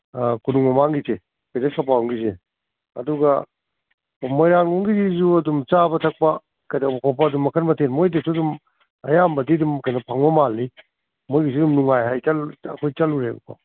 ꯑꯥ ꯀꯣꯅꯨꯡ ꯃꯃꯥꯡꯒꯤꯁꯦ ꯄꯦꯂꯦꯁ ꯀꯝꯄꯥꯎꯟꯒꯤꯁꯦ ꯑꯗꯨꯒ ꯃꯣꯏꯔꯥꯡ ꯂꯣꯝꯒꯤꯁꯨ ꯑꯗꯨꯝ ꯆꯥꯕ ꯊꯛꯄ ꯀꯩꯗꯧꯕ ꯈꯣꯠꯄ ꯑꯗꯨꯝ ꯃꯈꯜ ꯃꯊꯦꯜ ꯃꯣꯏꯗꯨꯁꯨ ꯑꯗꯨꯝ ꯑꯌꯥꯝꯕꯗꯤ ꯑꯗꯨꯝ ꯀꯩꯅꯣ ꯐꯪꯕ ꯃꯥꯜꯂꯤ ꯃꯣꯏꯒꯤꯁꯨ ꯑꯗꯨꯝ ꯅꯨꯡꯉꯥꯏ ꯍꯥꯏ ꯑꯩꯈꯣꯏ ꯆꯠꯂꯨꯔꯦꯕꯀꯣ